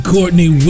Courtney